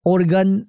Organ